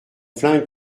flingue